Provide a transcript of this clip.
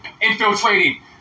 Infiltrating